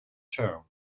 term